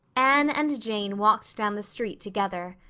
anne and jane walked down the street together.